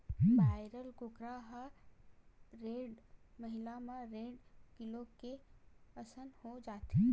broiler कुकरा ह डेढ़ महिना म डेढ़ किलो के असन हो जाथे